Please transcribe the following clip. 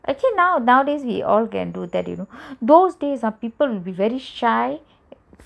actually nowadays we can all do that you know those days people would be very shy